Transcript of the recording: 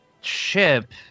ship